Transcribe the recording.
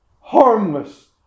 harmless